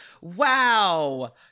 wow